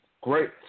great